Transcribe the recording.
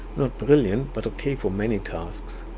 not brilliant but ok for many tasks.